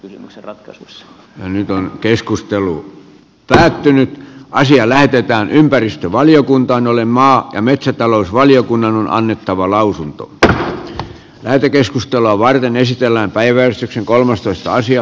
ihmisen ratkaisut jo nyt on keskustelu täytti asia lähetetään ympäristövaliokuntaan jolle maa ja metsätalousvaliokunnan on annettava lausunto pr lähetekeskustelua joustavuus voittavat tämän kysymyksen ratkaisussa